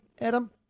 Adam